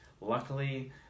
luckily